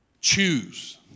Choose